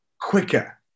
quicker